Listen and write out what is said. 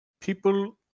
people